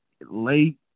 Late